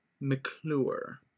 McClure